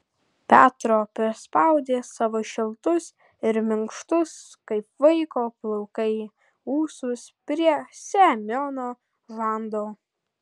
petro prispaudė savo šiltus ir minkštus kaip vaiko plaukai ūsus prie semiono žando